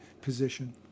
position